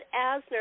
Asner